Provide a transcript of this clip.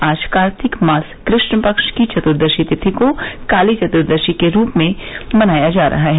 आज कार्तिक मास कृष्ण पक्ष की चतुर्दशी तिथि को काली चतुर्दशी के रूप में भी मनाया जा रहा है